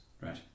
right